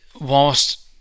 whilst